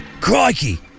Crikey